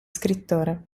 scrittore